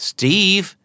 Steve